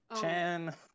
Chan